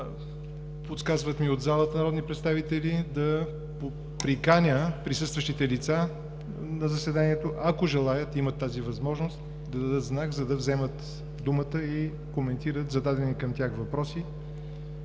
Подсказват ми от залата народни представители да приканя присъстващите на заседанието лица, ако желаят и имат тази възможност, да дадат знак, за да вземат думата и коментират зададени към тях въпроси